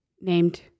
named